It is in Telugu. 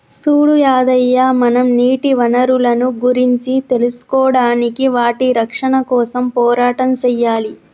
సూడు యాదయ్య మనం నీటి వనరులను గురించి తెలుసుకోడానికి వాటి రక్షణ కోసం పోరాటం సెయ్యాలి